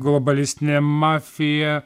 globalistinė mafija